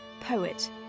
poet